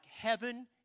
heaven